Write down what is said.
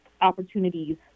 opportunities